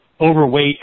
overweight